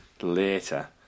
later